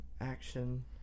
Action